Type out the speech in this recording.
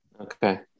Okay